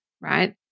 right